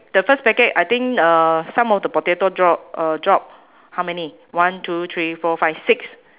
the first packet I think uh some of the potato drop uh drop how many one two three four five six